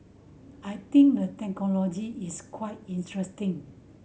I think the technology is quite interesting